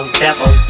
devil